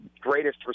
greatest